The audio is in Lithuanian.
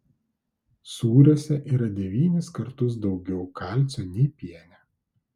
sūriuose yra devynis kartus daugiau kalcio nei piene